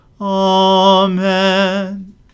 Amen